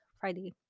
Friday